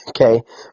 okay